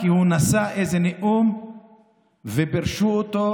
כי הוא נשא איזה נאום ופירשו אותו,